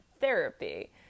therapy